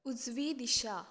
उजवी दिशा